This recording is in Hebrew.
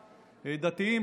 דתיים,